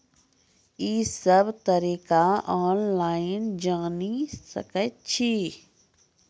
ई सब तरीका ऑनलाइन जानि सकैत छी?